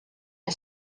and